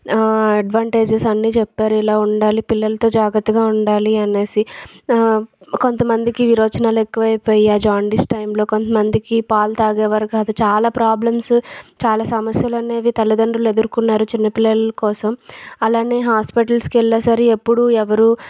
advantages అన్నీ చెప్పారు ఎలా ఉండాలి పిల్లలతో జాగ్రత్తగా ఉండాలి అనేసి కొంతమందికి విరోచనాలు ఎక్కువైపోయాయి అ జాండీస్ టైంలో కొంతమందికి పాలు తాగే వరకు కాదు చాలా ప్రాబ్లమ్స్ చాలా సమస్యలు అనేవి తల్లిదండ్రులు ఎదుర్కొన్నారు చిన్న పిల్లల కోసం అలానే హాస్పిటల్కి వెళ్ళేసరి ఎప్పుడు ఎవరు